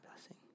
blessing